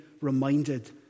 reminded